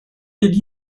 did